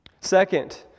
Second